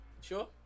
Sure